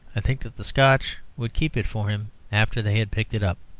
i think that the scotch would keep it for him after they had picked it up.